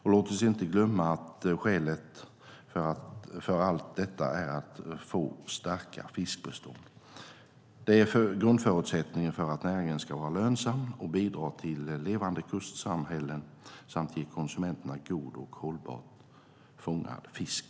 Och låt oss inte glömma att syftet med allt detta är att få starka fiskbestånd. Det är grundförutsättningen för att näringen ska vara lönsam och bidra till levande kustsamhällen samt ge konsumenterna god och hållbart fångad fisk.